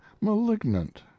malignant